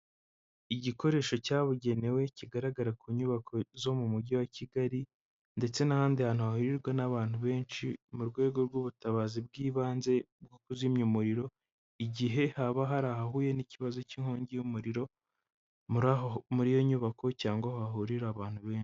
Igikoresho cyabugenewe kigaragara ku nyubako zo mu mujyi wa Kigali, ndetse n'ahandi hantu hahurirwa n'abantu benshi, mu rwego rw'ubutabazi bw'ibanze nko kuzimya umuriro, igihe haba hari ahahuye n'ikibazo cy'inkongi y'umuriro muri iyo nyubako, cyangwa hahurira abantu benshi.